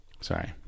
Sorry